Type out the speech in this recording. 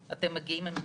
אתם מגיעים עם המספרים,